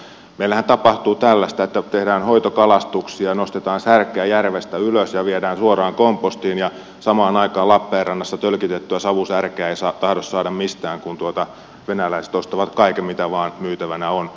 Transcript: meillähän tapahtuu tällaista että tehdään hoitokalastuksia nostetaan särkeä järvestä ylös ja viedään suoraan kompostiin ja samaan aikaan lappeenrannassa tölkitettyä savusärkeä ei tahdo saada mistään kun venäläiset ostavat kaiken mitä vain myytävänä on